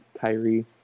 Kyrie